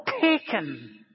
taken